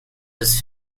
his